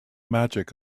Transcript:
magic